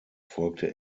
folgte